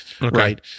right